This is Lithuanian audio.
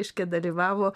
reiškia dalyvavo